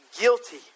Guilty